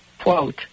Quote